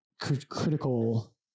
critical